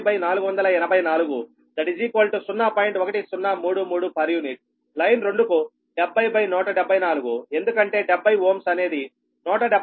uలైన్ 2 కు 70174 ఎందుకంటే 70 Ω అనేది 174